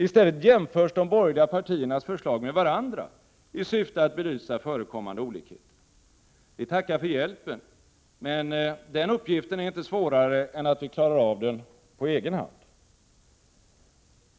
I stället jämförs de borgerliga partiernas förslag med varandra i syfte att belysa förekommande olikheter. Vi tackar för hjälpen, men den uppgiften är inte svårare än att vi klarar den på egen hand.